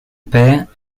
père